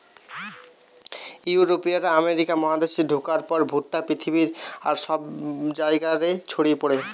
ইউরোপীয়রা আমেরিকা মহাদেশে ঢুকার পর ভুট্টা পৃথিবীর আর সব জায়গা রে ছড়ি পড়ে